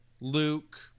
Luke